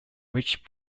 which